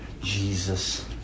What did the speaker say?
Jesus